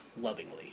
lovingly